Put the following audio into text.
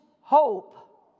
hope